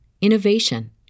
innovation